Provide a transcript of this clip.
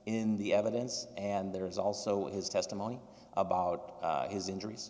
in the evidence and there is also his testimony about his injuries